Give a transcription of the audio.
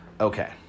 Okay